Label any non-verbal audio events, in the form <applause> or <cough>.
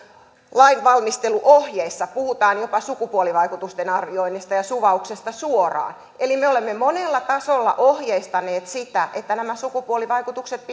lainvalmisteluohjeissa puhutaan jopa sukupuolivaikutusten arvioinnista ja suvauksesta suoraan eli me olemme monella tasolla ohjeistaneet sitä että nämä sukupuolivaikutukset <unintelligible>